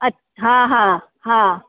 अच्छा हा हा हा